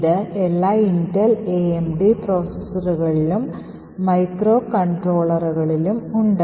ഇത് എല്ലാ Intel AMD പ്രോസസറുകളിലും മൈക്രോകൺട്രോളറുകളിലും ഉണ്ട്